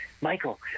Michael